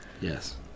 Yes